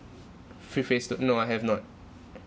phase two no I have not